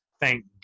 Thank